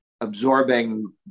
absorbing